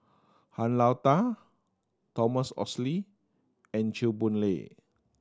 Han Lao Da Thomas Oxley and Chew Boon Lay